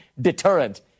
deterrent